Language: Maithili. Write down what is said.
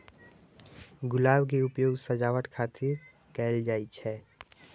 गुलाब के उपयोग सजावट खातिर कैल जाइ छै